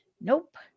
Nope